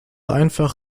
einfach